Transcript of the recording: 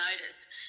notice